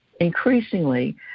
increasingly